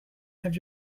have